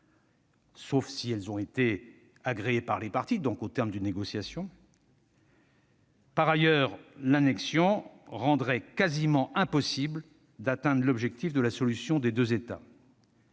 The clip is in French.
sauf s'ils ont été agréés par les parties, c'est-à-dire aux termes d'une négociation. Ensuite, l'annexion rendrait quasiment impossible d'atteindre l'objectif de la solution des deux États.